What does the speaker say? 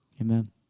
Amen